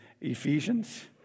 Ephesians